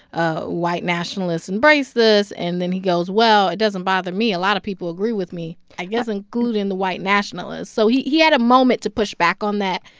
ah white nationalists embrace this. and then he goes, well, it doesn't bother me. a lot of people agree with me i guess including the white nationalists. so he he had a moment to push back on that,